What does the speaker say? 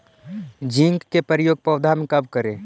Zinc के प्रयोग पौधा मे कब करे?